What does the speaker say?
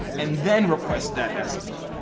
and then request that estimate.